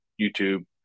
YouTube